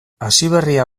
hasiberria